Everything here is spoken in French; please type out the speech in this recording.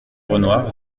renoir